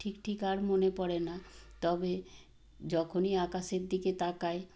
ঠিক ঠিক আর মনে পড়ে না তবে যখনই আকাশের দিকে তাকাই